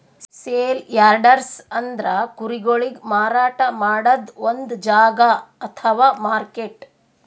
sale yards ಅಂದ್ರ ಕುರಿಗೊಳಿಗ್ ಮಾರಾಟ್ ಮಾಡದ್ದ್ ಒಂದ್ ಜಾಗಾ ಅಥವಾ ಮಾರ್ಕೆಟ್